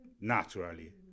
naturally